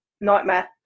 Nightmare